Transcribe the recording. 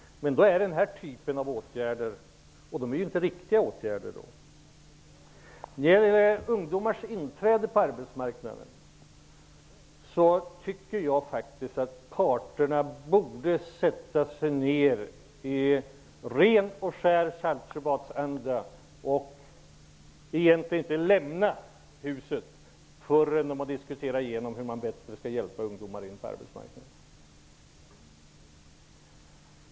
Men då gäller det den här typen av åtgäder, och det är inga riktiga åtgärder. När det gäller ungdomars inträde på arbetsmarknaden tycker jag faktiskt att parterna borde sätta sig ner i ren och skär Saltsjöbadsanda och egentligen inte lämna huset innan de har diskuterat igenom hur man bättre skall hjälpa ungdomar in på arbetsmarknaden.